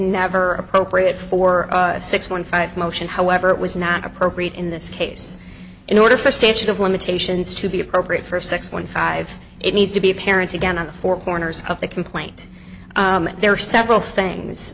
never appropriate for six one five motion however it was not appropriate in this case in order for statute of limitations to be appropriate for a six point five it needs to be a parent again on the four corners of the complaint there are several things